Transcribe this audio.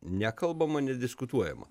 nekalbama nediskutuojama